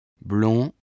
blond